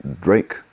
Drake